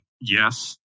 Yes